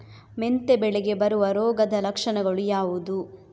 ಮೆಂತೆ ಬೆಳೆಗೆ ಬರುವ ರೋಗದ ಲಕ್ಷಣಗಳು ಯಾವುದು?